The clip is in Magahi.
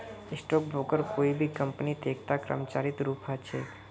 स्टाक ब्रोकर कोई भी कम्पनीत एकता कर्मचारीर रूपत ह छेक